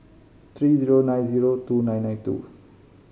three zero nine zero two nine nine two